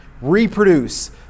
reproduce